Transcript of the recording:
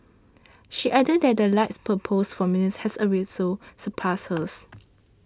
she added that the likes per post for Meredith has also surpassed hers